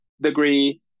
degree